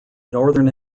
northern